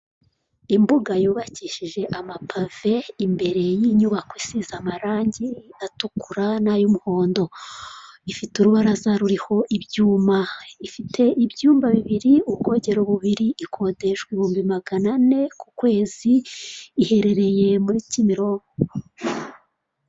Imbuga yubakishije amapave imbere y'inyubako isize amarangi atukura na y'umuhondo ifite urubaraza ruriho ibyuma ifite ibyumba bibiri ubwogero bubiri ikodeshwa ibihumbi magana ane ku kwezi iherereye muri kimironko.